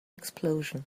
explosion